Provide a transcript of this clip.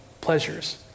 pleasures